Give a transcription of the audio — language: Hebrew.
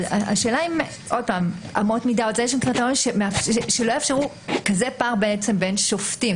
אמות מידה שלא יאפשרו כזה פער בין שופטים,